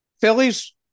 Phillies